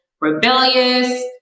rebellious